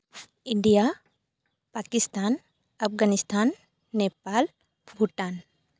India Pakistan Afghanistan Nepal Bhutan